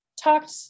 talked